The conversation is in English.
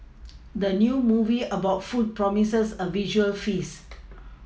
the new movie about food promises a visual feast